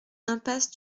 impasse